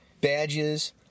badges